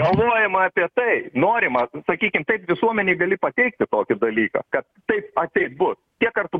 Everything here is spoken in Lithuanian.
galvojama apie tai norima sakykime taip visuomenei gali pateikti tokį dalyką kad taip atseit bus kiek kartų